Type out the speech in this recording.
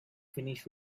finished